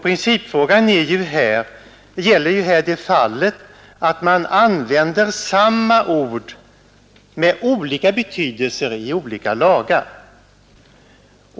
Principfrågan är i detta fall att man använder samma ord med olika betydelser i olika lagar.